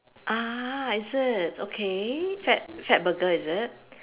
ah is it okay Fat~ Fatburger is it